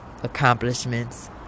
accomplishments